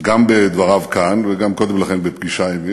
גם בדבריו כאן וגם קודם לכן בפגישה עמי,